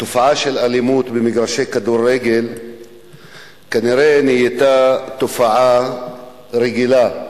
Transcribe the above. התופעה של אלימות במגרשי כדורגל כנראה נהייתה תופעה רגילה,